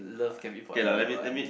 love can be for anyone